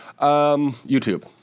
YouTube